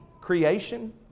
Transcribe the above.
creation